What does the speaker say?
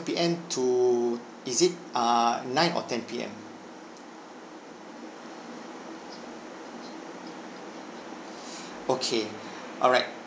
P_M to is it err nine or ten P_M okay alright